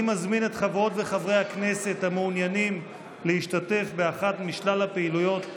אני מזמין את חברות וחברי הכנסת המעוניינים להשתתף באחת משלל הפעילויות,